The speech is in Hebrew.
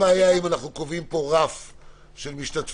אבל אין לכם בעיה אם אנחנו קובעים פה רף של משתתפים.